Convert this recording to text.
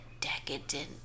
decadent